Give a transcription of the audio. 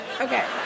okay